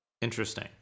Interesting